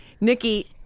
Nikki